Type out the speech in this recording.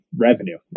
revenue